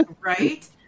Right